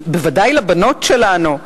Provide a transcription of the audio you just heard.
בוודאי לבנות שלנו,